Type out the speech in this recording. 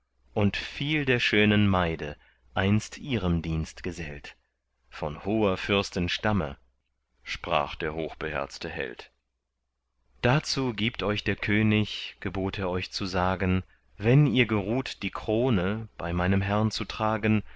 und viel der schönen maide einst ihrem dienst gesellt von hoher fürsten stamme sprach der hochbeherzte held dazu gibt euch der könig gebot er euch zu sagen wenn ihr geruht die krone bei meinem herrn zu tragen